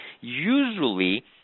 usually